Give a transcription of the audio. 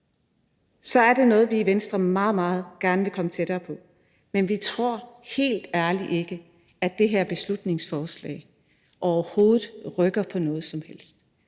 er det noget, vi i Venstre meget, meget gerne vil komme tættere på, men vi tror helt ærligt ikke, at det her beslutningsforslag overhovedet rykker på noget som helst.